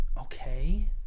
Okay